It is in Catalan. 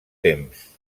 temps